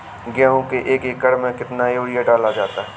गेहूँ के एक एकड़ में कितना यूरिया डाला जाता है?